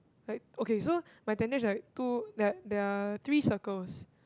like okay so my tentage like two there there are three circles